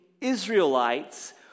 Israelites